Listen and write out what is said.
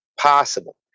possible